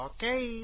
Okay